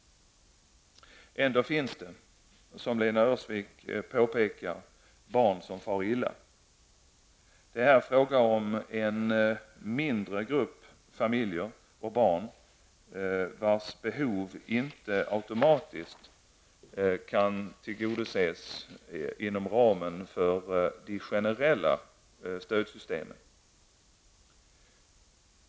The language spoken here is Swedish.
Ändå finns det, som Lena Öhrsvik påpekar, barn som far illa. Det är här fråga om en mindre grupp familjer och barn, vars behov inte automatiskt kan tillgodoses inom ramen för de generella stödsystemen.